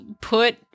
put